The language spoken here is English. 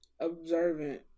observant